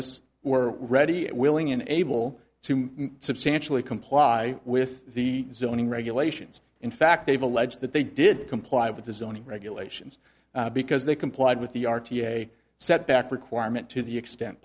fs were ready willing and able to substantially comply with the zoning regulations in fact they've alleged that they did comply with the zoning regulations because they complied with the r t a setback requirement to the extent